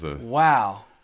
Wow